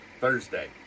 Thursday